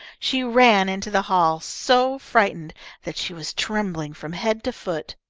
she ran into the hall, so frightened that she was trembling from head to foot.